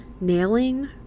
nailing